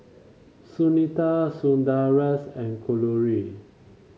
Sunita Sundaresh and Kalluri